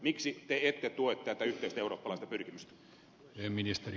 miksi te ette tue tätä yhteistä eurooppalaista pyrkimystä